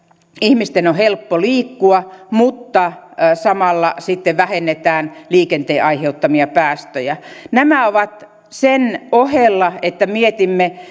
ihmisten on helppo liikkua mutta samalla sitten vähennetään liikenteen aiheuttamia päästöjä nämä ovat sen ohella että mietimme